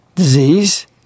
Disease